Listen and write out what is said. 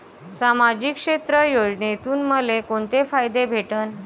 सामाजिक क्षेत्र योजनेतून मले कोंते फायदे भेटन?